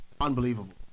Unbelievable